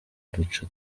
duce